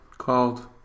Called